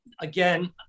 again